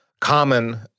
common